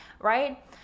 right